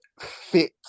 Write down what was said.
fit